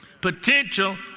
Potential